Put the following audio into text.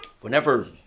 whenever